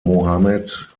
mohammed